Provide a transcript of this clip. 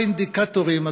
כמה אינדיקטורים,